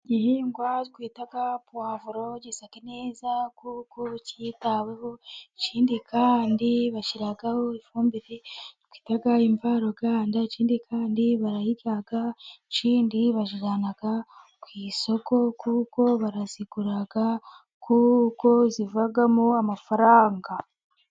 Igihingwa twita puwavuro, gisa neza kuko kitaweho, ikindi kandi bashyiraho ifumbire twita imvaruganda, ikindi kandi barayirya, ikindi bayijyana ku isoko kuko barayigura kuko ivamo amafaranga.